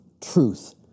truth